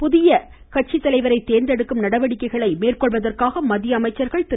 புதிய கட்சியை தேர்ந்தெடுக்கும் நடவடிக்கைகளை கொண்டுசெல்வதற்காக மத்திய அமைச்சர்கள் திரு